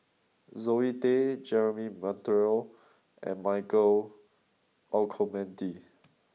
Zoe Tay Jeremy Monteiro and Michael Olcomendy